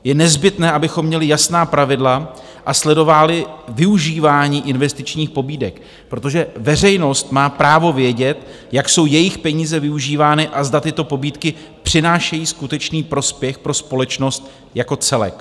Je nezbytné, abychom měli jasná pravidla a sledovali využívání investičních pobídek, protože veřejnost má právo vědět, jak jsou jejich peníze využívány a zda tyto pobídky přinášejí skutečný prospěch pro společnost jako celek.